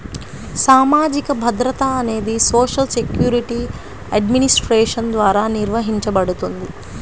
సామాజిక భద్రత అనేది సోషల్ సెక్యూరిటీ అడ్మినిస్ట్రేషన్ ద్వారా నిర్వహించబడుతుంది